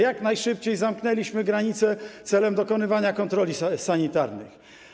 Jak najszybciej zamknęliśmy granice celem dokonywania kontroli sanitarnych.